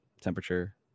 temperature